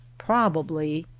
probably.